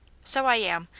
so i am.